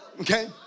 Okay